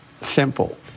simple